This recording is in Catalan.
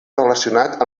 relacionat